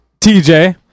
TJ